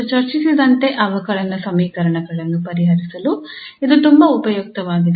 ಮೊದಲು ಚರ್ಚಿಸಿದಂತೆ ಅವಕಲನ ಸಮೀಕರಣಗಳನ್ನು ಪರಿಹರಿಸಲು ಇದು ತುಂಬಾ ಉಪಯುಕ್ತವಾಗಿದೆ